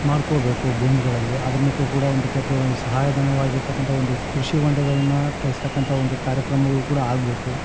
ಮಾಡ್ಕೋಬೆಕು ಭೂಮಿಗಳಲ್ಲಿ ಅದನ್ನಕ್ಕೂ ಕೂಡ ಒಂದು ಕೆದ್ದು ಸಹಾಯಧನವಾಗಿರ್ತಕ್ಕಂಥ ಒಂದು ಕೃಷಿ ಹೊಂಡಗಳನ್ನು ತೆಗೆಸ್ತಕ್ಕಂಥ ಒಂದು ಕಾರ್ಯಕ್ರಮಗಳು ಕೂಡ ಆಗಬೇಕು